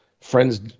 friends